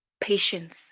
patience